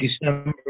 December